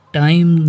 time